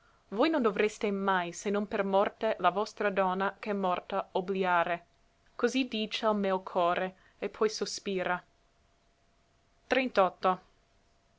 voi non dovreste mai se non per morte la vostra donna ch'è morta obliare così dice l meo core e poi sospira